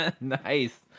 Nice